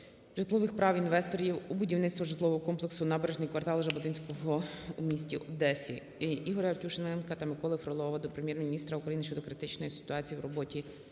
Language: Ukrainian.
житлових прав інвесторів у будівництво житлового комплексу "Набережний квартал "Жаботинського" у місті Одесі. Ігоря Артюшенка та Миколи Фролова до Прем'єр-міністра України щодо критичної ситуації в роботі